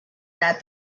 that